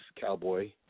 Cowboy